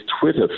Twitter